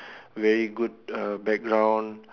very good uh background